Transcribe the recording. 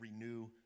renew